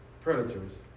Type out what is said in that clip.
predator's